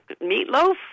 meatloaf